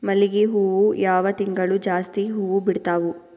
ಮಲ್ಲಿಗಿ ಹೂವು ಯಾವ ತಿಂಗಳು ಜಾಸ್ತಿ ಹೂವು ಬಿಡ್ತಾವು?